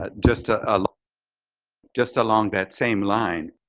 ah just ah um just along that same line,